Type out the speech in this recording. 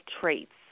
traits